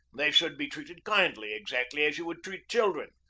they should be treated kindly, exactly as you would treat children,